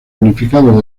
unificado